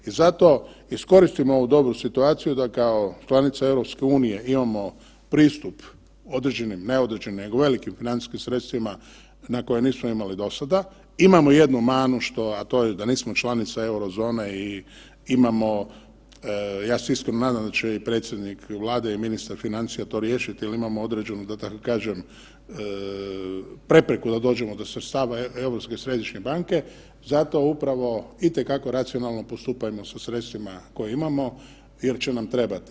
I zato iskoristimo ovu dobru situaciju da kao članica EU imamo pristup određenim, ne određenim nego velikim financijskim sredstvima na koje nismo imali do sada, imamo jednu manu što, a to je da nismo članica eurozone i imamo, ja se iskreno nadam da će i predsjednik Vlade i ministar financija to riješiti jer imamo određenu da tako kažem prepreku da dođemo do sredstava Europske središnje banke zato upravo i te kako racionalno postupajmo sa sredstvima koja imamo jer će nam trebati.